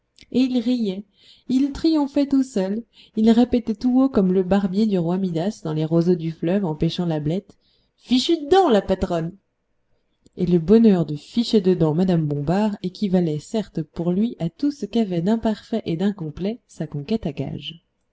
et il riait il triomphait tout seul il répétait tout haut comme le barbier du roi midas dans les roseaux du fleuve en pêchant l'ablette fichue dedans la patronne et le bonheur de ficher dedans mme bombard équivalait certes pour lui à tout ce qu'avait d'imparfait et d'incomplet sa conquête à gages